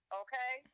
okay